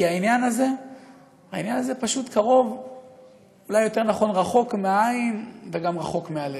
כי העניין הזה פשוט רחוק מהעין, וגם רחוק מהלב.